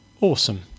Awesome